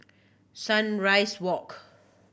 Sunrise Walk